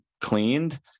cleaned